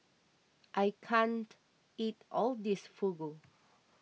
I can't eat all of this Fugu